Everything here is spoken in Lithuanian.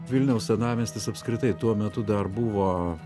vilniaus senamiestis apskritai tuo metu dar buvo